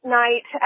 night